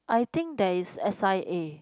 I think there is s_i_a